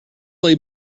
lay